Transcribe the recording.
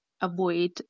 avoid